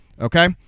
Okay